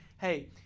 hey